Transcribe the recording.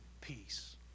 peace